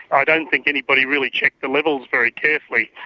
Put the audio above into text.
i don't think anybody really checked the levels very carefully,